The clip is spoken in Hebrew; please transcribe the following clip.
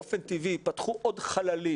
באופן טבעי ייפתחו עוד חללים,